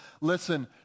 Listen